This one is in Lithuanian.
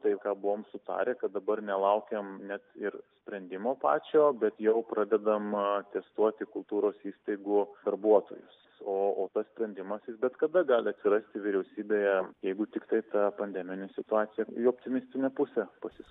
tai ką buvome sutarę kad dabar nelaukiam net ir sprendimo pačio bet jau pradedam testuoti kultūros įstaigų darbuotojus o tas sprendimas jis bet kada gali atsirasti vyriausybėje jeigu tiktai ta pandeminė situacija į optimistinę pusę pasisuks